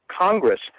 Congress